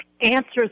answers